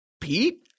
Pete